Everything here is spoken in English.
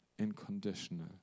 unconditional